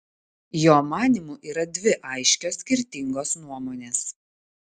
jo manymu yra dvi aiškios skirtingos nuomonės